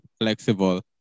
flexible